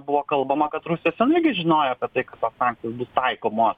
buvo kalbama kad rusija senai gi žinojo apie tai kad tos sankcijos bus taikomos